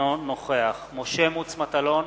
אינו נוכח משה מטלון,